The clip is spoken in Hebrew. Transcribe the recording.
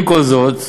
עם כל זאת,